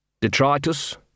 detritus